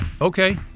Okay